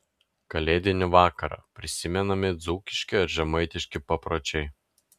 kalėdinį vakarą prisimenami dzūkiški ar žemaitiški papročiai